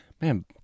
Man